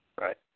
Right